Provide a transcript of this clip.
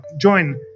join